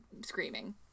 screaming